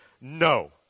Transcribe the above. No